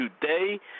today